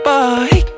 Body